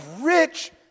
rich